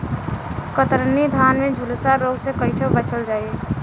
कतरनी धान में झुलसा रोग से कइसे बचल जाई?